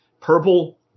Purple